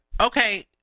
okay